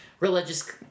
Religious